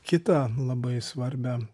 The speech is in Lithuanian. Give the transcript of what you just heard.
kitą labai svarbią